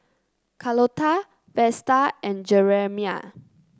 Carlotta Vesta and Jeremiah